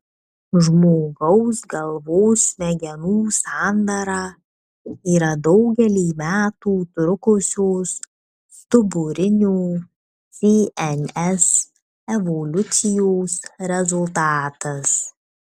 žmogaus galvos smegenų sandara yra daugelį metų trukusios stuburinių cns evoliucijos rezultatas